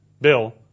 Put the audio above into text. Bill